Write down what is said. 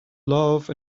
love